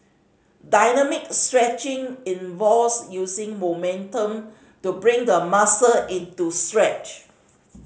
dynamic stretching involves using momentum to bring the muscle into stretch